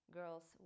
girls